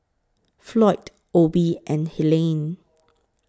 Floyd Obie and Helaine